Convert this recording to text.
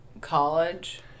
college